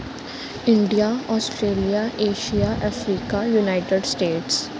India Australia Asia Africa United States